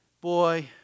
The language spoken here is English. boy